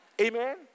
Amen